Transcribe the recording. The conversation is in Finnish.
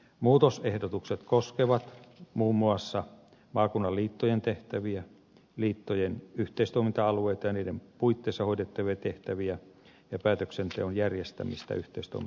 muutosehdotukset koskevat muun muassa maakunnan liittojen tehtäviä liittojen yhteistoiminta alueita ja niiden puitteissa hoidettavia tehtäviä ja päätöksenteon järjestämistä yhteistoiminta alueilla